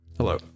Hello